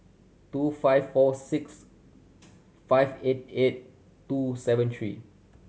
two five four six five eight eight two seven three